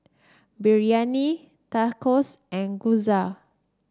Biryani Tacos and Gyoza